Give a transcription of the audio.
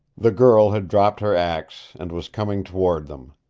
the girl had dropped her axe, and was coming toward them.